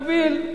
אבל תגביל.